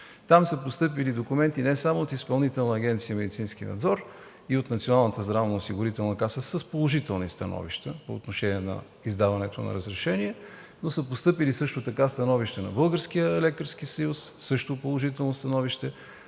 Там са постъпили документи не само от Изпълнителна агенция „Медицински надзор“ и от Националната здравноосигурителна каса с положителни становища по отношение издаването на разрешение, но и становища на Българския лекарски съюз също с положително становище,